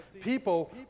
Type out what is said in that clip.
people